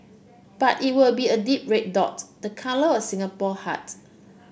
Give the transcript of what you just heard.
but it will be a deep red dots the colour of Singapore hearts